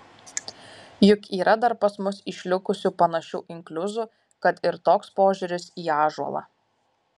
juk yra dar pas mus išlikusių panašių inkliuzų kad ir toks požiūris į ąžuolą